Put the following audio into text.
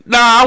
Nah